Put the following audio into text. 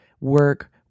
work